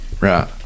Right